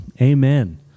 Amen